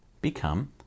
become